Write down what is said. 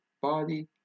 body